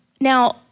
Now